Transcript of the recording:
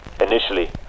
Initially